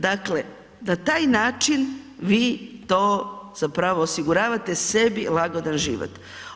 Dakle na taj način vi to zapravo osiguravate sebi lagodan život.